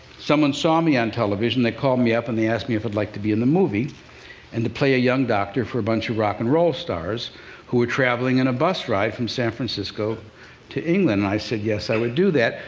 someone saw me on television they called me up and they asked me if i'd like to be in a movie and to play a young doctor for a bunch of rock and roll stars who were traveling in a bus ride from san francisco to england. and i said, yes, i would do that,